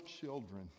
children